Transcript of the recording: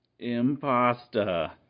Impasta